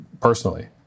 personally